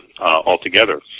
altogether